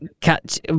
catch